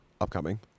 upcoming